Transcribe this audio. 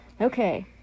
Okay